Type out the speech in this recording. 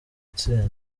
itsinda